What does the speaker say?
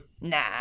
Nah